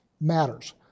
matters